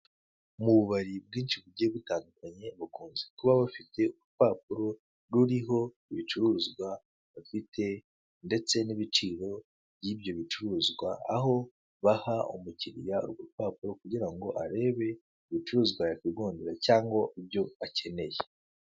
mu bubari bwinshi bugiye butandukanye bakunze kuba bafite urupapuro ruriho ibicuruzwa bafite ndetse n'ibiciro byibyo bicuruzwa aho baha umukiriya urupapuro kugirango arebe ibicuruzwa yakwigondera cyangwa ibyo akeneye.